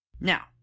Now